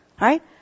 Right